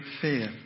fear